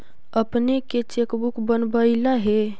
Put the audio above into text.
अपने के cheque book बनवइला हे